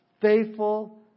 Faithful